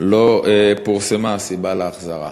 לא פורסמה הסיבה להחזרה?